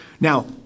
Now